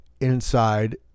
inside